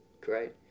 great